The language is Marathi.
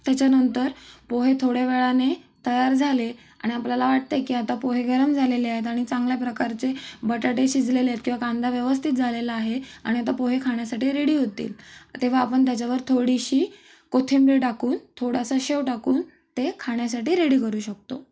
त्याच्यानंतर पोहे थोड्या वेळाने तयार झाले आणि आपल्याला वाटत आहे की आता पोहे गरम झालेले आहेत आणि चांगल्या प्रकारचे बटाटे शिजलेले आहेत किंवा कांदा व्यवस्थित झालेला आहे आणि आता पोहे खाण्यासाठी रेडी होतील तेव्हा आपण त्याच्यावर थोडीशी कोथिंबीर टाकून थोडासा शेव टाकून ते खाण्यासाठी रेडी करू शकतो